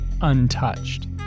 untouched